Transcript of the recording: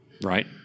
Right